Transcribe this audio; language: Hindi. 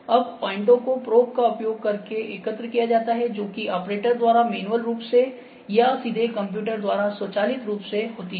अब पॉइंटो को प्रोब का उपयोग करके एकत्र किया जाता है जो कि ऑपरेटर द्वारा मैन्युअल रूप से या सीधे कंप्यूटर नियंत्रण द्वारा स्वचालित रूप से होती है